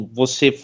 você